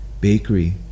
bakery